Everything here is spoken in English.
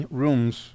rooms